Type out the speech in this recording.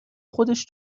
خودش